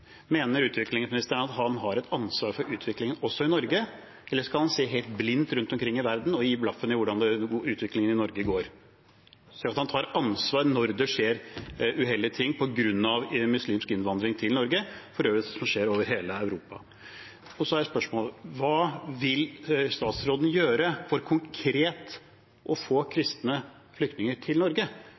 utviklingen også i Norge, eller skal han se helt blindt rundt omkring i verden og gi blaffen i hvordan utviklingen i Norge går, slik at man tar ansvar når det skjer uheldige ting på grunn av muslimsk innvandring til Norge, også når vi ser hva som skjer over hele Europa? Så er spørsmålet: Hva vil statsråden gjøre for konkret å få kristne flyktninger til Norge?